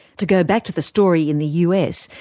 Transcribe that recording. to go back to the story in the us,